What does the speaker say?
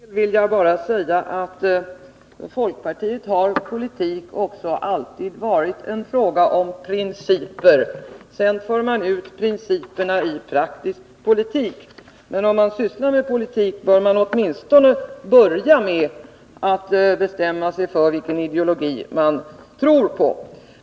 Herr talman! För folkpartiets del vill jag bara säga att för folkpartiet har politik alltid varit en fråga om principer. När man bestämt sig för principerna för man ut principerna i praktisk politik — men om man sysslar med politik bör man åtminstone börja med att bestämma sig för vilken ideologi man tror på.